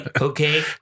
Okay